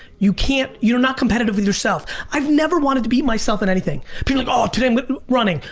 you can't, you're not competitive with yourself. i've never wanted to beat myself in anything. if you're like, oh, today i'm running.